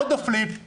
עוד נופלים,